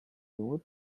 would